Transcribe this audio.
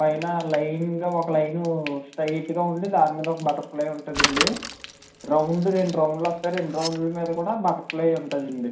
పైన లైన్గా ఒక లైను స్టైట్గా ఉండి దాని మీద ఒక బటర్ ఫ్లై ఉంటదండీ రౌండ్ ది రెండు రౌండ్లు వస్తాయి రెండు రౌండ్ల మిద కూడ బటర్ ఫ్లై ఉంటదండి